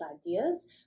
ideas